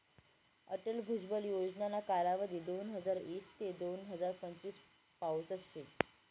अटल भुजल योजनाना कालावधी दोनहजार ईस ते दोन हजार पंचवीस पावतच शे